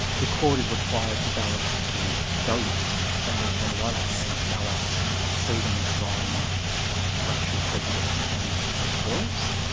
the court is required to balance two values. they need to on the one hand balance freedom from racial prejudice and intolerance,